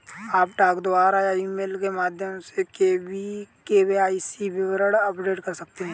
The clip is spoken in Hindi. आप डाक द्वारा या ईमेल के माध्यम से के.वाई.सी विवरण अपडेट कर सकते हैं